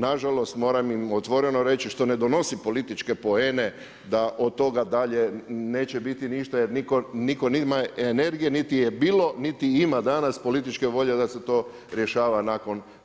Nažalost, moram im otvoreno reći, što ne donosi političke poene, da od toga dalje neće biti ništa jer nitko nema energije, niti je bilo, niti ima danas političke volje, da se to rješava